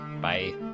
Bye